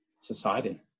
society